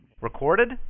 Recorded